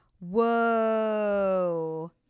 Whoa